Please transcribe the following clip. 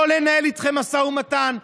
הורו לא לנהל איתכם משא ומתן,